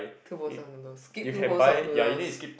two bowls of noodles skip two bowls of noodles